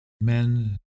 men